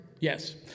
yes